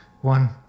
one